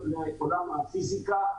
את עולם הפיסיקה,